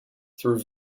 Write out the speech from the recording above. through